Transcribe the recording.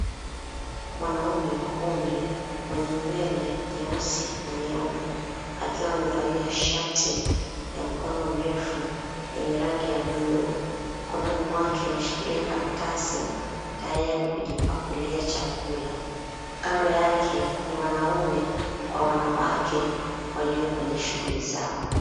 Mwanaume wa umri, mwenye nywele nyeusi na nyeupe, akiwa amevalia shati ya mkono mrefu, yenye rangi ya blue . Mkononi mwake ameshikilia karatasi, tayari kujipakulia chakula. Kando yake ni wanaume kwa wanawake walio kwenye shughuli zao.